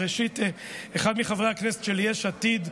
ראשית, אחד מחברי הכנסת של יש עתיד,